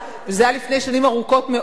וזה היה לפני שנים ארוכות מאוד,